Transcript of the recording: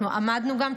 אנחנו עמדנו גם,